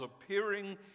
appearing